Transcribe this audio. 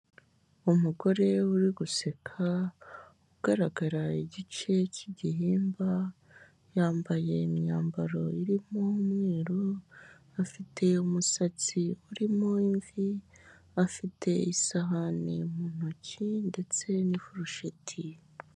Umugore uri guseka, ugaragara igice k'igihimba yambaye imyambaro irimo umweru, afite umusatsi urimo imvi, afite isahani mu ntoki ndetse n'ifurusheti.